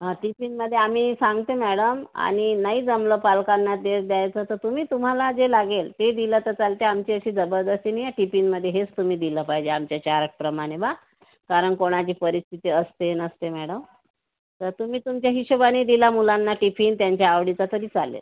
हा टिफिनमध्ये आम्ही सांगते मॅडम आणि नाही जमलं पालकांना ते द्यायचं तर तुम्ही तुम्हाला जे लागेल ते दिलं तर चालते आमची अशी जबरदस्ती नाही आहे टिफिनमध्ये हेच तुम्ही दिलं पाहिजे आमच्या शाळेप्रमाणे बा कारण कोणाची परिस्थिती असते नसते मॅडम तर तुम्ही तुमच्या हिशोबाने दिला मुलांना टिफिन त्यांच्या आवडीचा तरी चालेल